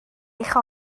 eich